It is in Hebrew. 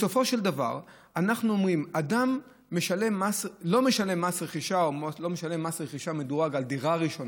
בסופו של דבר אנחנו אומרים: אדם לא משלם מס רכישה מדורג על דירה ראשונה,